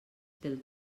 pel